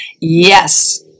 Yes